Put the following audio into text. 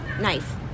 knife